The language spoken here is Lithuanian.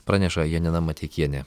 praneša janina mateikienė